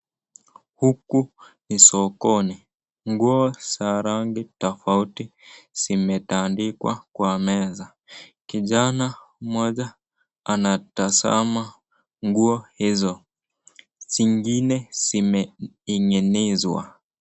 Huku ni sokoni, nguo za rangi tafauti zimetandikwa Kwa meza, kijana moja anatasama nguo hizo ingine zimetengeneswa.